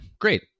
great